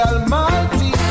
Almighty